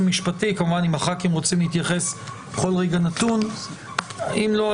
וכמובן אם חברי הכנסת רוצים להתייחס בכל רגע נתון אם לא,